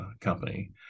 company